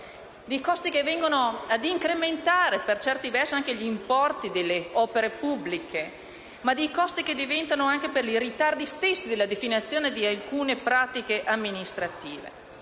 costi che vengono ad incrementare, per certi versi, anche gli importi delle opere pubbliche, derivanti dai ritardi stessi della definizione di alcune pratiche amministrative.